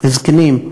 לזקנים,